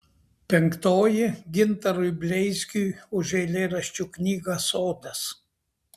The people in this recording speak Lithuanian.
penktoji gintarui bleizgiui už eilėraščių knygą sodas